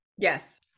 Yes